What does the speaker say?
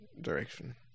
direction